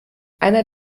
einer